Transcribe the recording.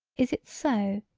is it so,